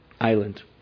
island